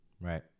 Right